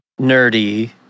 nerdy